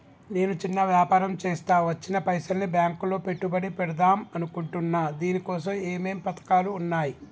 నేను చిన్న వ్యాపారం చేస్తా వచ్చిన పైసల్ని బ్యాంకులో పెట్టుబడి పెడదాం అనుకుంటున్నా దీనికోసం ఏమేం పథకాలు ఉన్నాయ్?